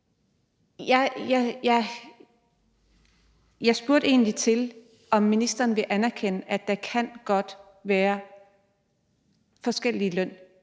Jeg spurgte egentlig til, om ministeren vil anerkende, at der godt kan være forskellig løn,